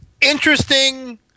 Interesting